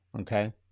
Okay